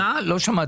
אני לא יודע